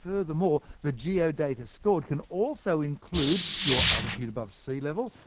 furthermore, the geo-data stored can also include your altitude above sea level,